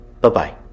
Bye-bye